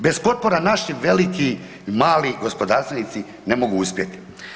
Bez potpora naši veliki i mali gospodarstvenici ne mogu uspjeti.